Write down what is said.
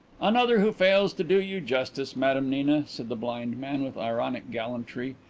another who fails to do you justice, madame nina, said the blind man, with ironic gallantry.